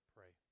Pray